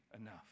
enough